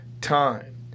time